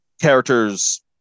characters